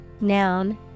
Noun